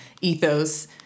ethos